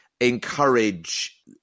encourage